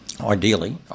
ideally